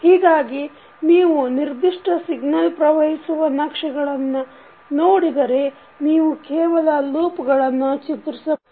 ಹೀಗಾಗಿ ನೀವು ನಿರ್ದಿಷ್ಟ ಸಿಗ್ನಲ್ ಪ್ರವಹಿಸುವ ನಕ್ಷೆಗಳನ್ನು ನೋಡಿದರೆ ನೀವು ಕೇವಲ ಲೂಪ್ಗಳನ್ನು ಚಿತ್ರಿಸಬಹುದು